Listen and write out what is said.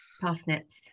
Parsnips